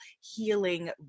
healing